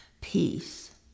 peace